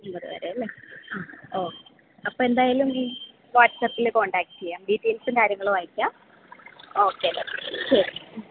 ഇരുപതു വരെയല്ലേ ആ ഓക്കെ അപ്പോൾ എന്തായാലും ഈ വാട്സാപ്പിൽ കോണ്ടാക്ട് ചെയ്യാം ഡീറ്റെയിൽസും കാര്യങ്ങളും അയക്കാം ഓക്കെ എന്നാൽ ശരി